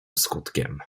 skutkiem